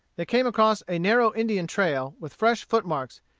they came across a narrow indian trail, with fresh footmarks,